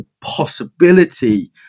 possibility